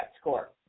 score